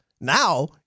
now